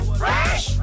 fresh